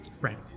Right